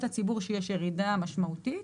הציבור אנחנו רואים שיש ירידה משמעותית,